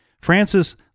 Francis